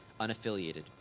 unaffiliated